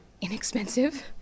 inexpensive